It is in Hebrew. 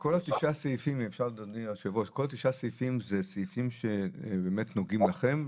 וכל תשעת הסעיפים זה סעיפים שבאמת נוגעים לכם,